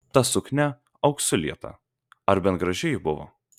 ta suknia auksu lieta ar bent graži ji buvo